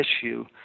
issue